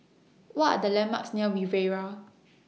What Are The landmarks near Riviera